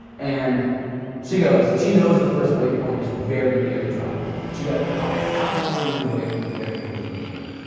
and she goes, she knows the first waypoint is very near the drop off point. she said, colin how far are you away from the very first waypoint?